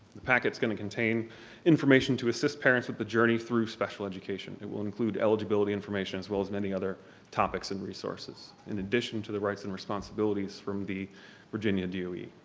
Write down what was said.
the packet's gonna contain information to assist parents with the journey through special education. it will include eligibility information as well as many other topics and resources in addition to the rights and responsibilities from the virginia doe.